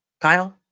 Kyle